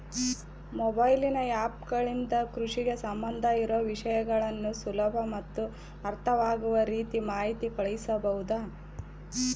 Mobile app ಗಳಿಂದ ಕೃಷಿಗೆ ಸಂಬಂಧ ಇರೊ ವಿಷಯಗಳನ್ನು ಸುಲಭ ಮತ್ತು ಅರ್ಥವಾಗುವ ರೇತಿ ಮಾಹಿತಿ ಕಳಿಸಬಹುದಾ?